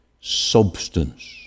substance